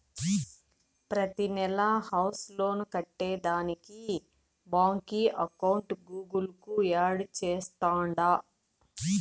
ప్రతినెలా house loan కట్టేదానికి బాంకీ అకౌంట్ గూగుల్ కు యాడ్ చేస్తాండా